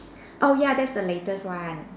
oh ya that's the latest one